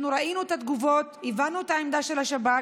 אנחנו ראינו את התגובות, הבנו את העמדה של השב"כ,